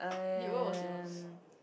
dude what was yours